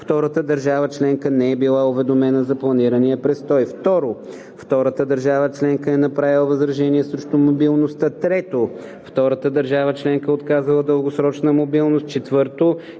втората държава членка не е била уведомена за планирания престой; 2. втората държава членка е направила възражение срещу мобилността; 3. втората държава членка е отказала дългосрочна мобилност; 4.